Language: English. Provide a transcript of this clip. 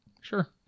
sure